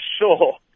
sure